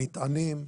מטענים,